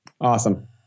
Awesome